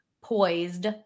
poised